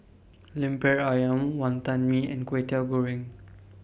Lemper Ayam Wantan Mee and Kwetiau Goreng